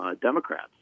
Democrats